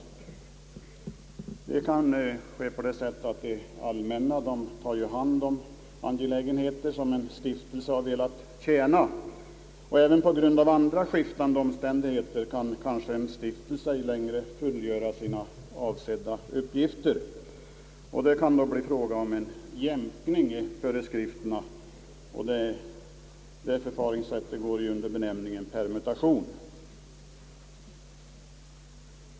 Det kan ske på det sättet alt det allmänna tar hand om angelägenheter som en stiftelse har velat tjäna. Även på grund av andra skiftande omständigheter kan kanske en stiftelse inte längre fullgöra sina avsedda uppgifter. Det kan då bli fråga om en jämkning i föreskrifterna. Det förfaringssättet går under benämningen permutation.